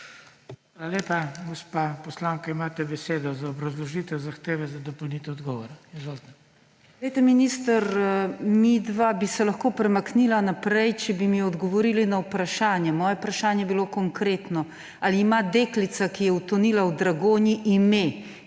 Hvala lepa. Gospa poslanka, imate besedo za obrazložitev zahteve za dopolnitev odgovora. Izvolite. VIOLETA TOMIĆ (PS Levica): Glejte minister, midva bi se lahko premaknila naprej, če bi mi odgovorili na vprašanja. Moja vprašanja so bila konkretna: Ali ima deklica, ki je utonila v Dragonji, ime?